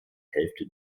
hälfte